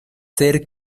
ser